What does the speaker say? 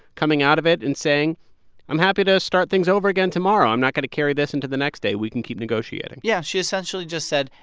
coming out of it and saying i'm happy to start things over again tomorrow. i'm not going to carry this into the next day. we can keep negotiating yeah. she essentially just said,